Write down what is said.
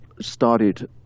started